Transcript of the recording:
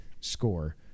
score